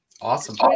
Awesome